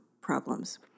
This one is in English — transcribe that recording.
problems